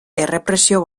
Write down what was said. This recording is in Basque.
errepresio